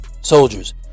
soldiers